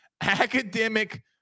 academic